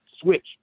switch